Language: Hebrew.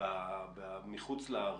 מחוץ לערים,